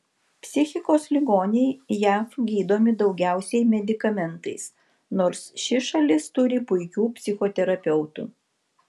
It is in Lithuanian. psichikos ligoniai jav gydomi daugiausiai medikamentais nors ši šalis turi puikių psichoterapeutų